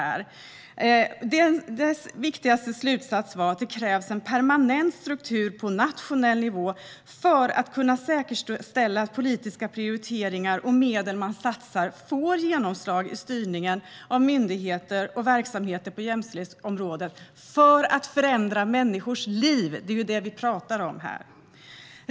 Utredningens viktigaste slutsats var att det krävs en permanent struktur på nationell nivå för att kunna säkerställa att politiska prioriteringar och medel som satsas får genomslag i styrningen av myndigheter och verksamheter på jämställdhetsområdet för att förändra människors liv - det är ju detta vi pratar om här.